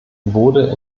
wurde